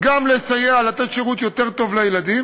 גם לתת שירות טוב יותר לילדים,